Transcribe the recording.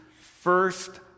first